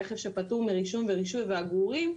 רכב שפטור מרישום ורישוי והגרורים,